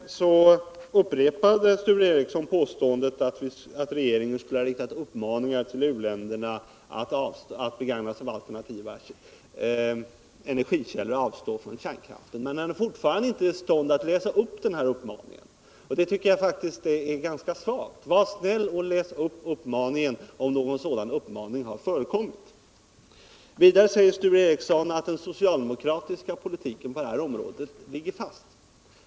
Sture Ericson upprepade påståendet att regeringen skulle ha riktat uppmaningar till u-länderna att begagna sig av alternativa energikällor och avstå från kärnkraften. Men han är fortfarande inte i stånd att läsa upp denna uppmaning. Det tycker jag är ganska svagt. Var snäll och läs upp uppmaningen, om någon sådan uppmaning har förekommit! Vidare säger Sture Ericson att den socialdemokratiska politiken på detta område ligger fast.